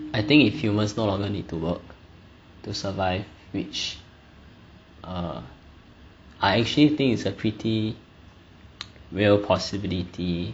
I think if humans no longer need to work to survive which uh I actually think it's a pretty real possibility